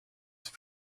this